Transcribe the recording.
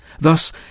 Thus